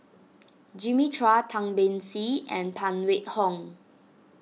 Jimmy Chua Tan Beng Swee and Phan Wait Hong